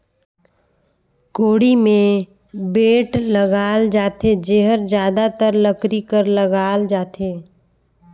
कोड़ी मे बेठ लगाल जाथे जेहर जादातर लकरी कर लगाल जाथे